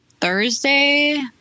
Thursday